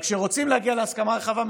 כשרוצים להגיע להסכמה רחבה,